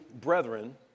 brethren